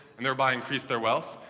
and thereby, increase their wealth,